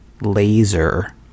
laser